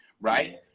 right